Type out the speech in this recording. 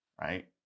right